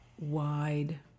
wide